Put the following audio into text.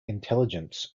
intelligence